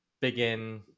begin